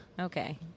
Okay